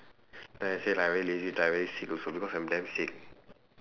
then I say like I very lazy to type I very sick also because I am damn sick